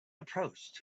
approached